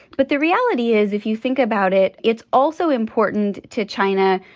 but the reality is, if you think about it, it's also important to china,